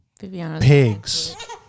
pigs